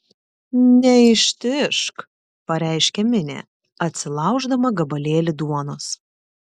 neištižk pareiškė minė atsilauždama gabalėlį duonos